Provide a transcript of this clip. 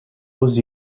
was